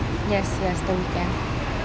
yes yes the weekend